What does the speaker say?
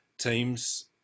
teams